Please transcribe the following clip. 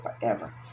forever